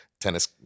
tennis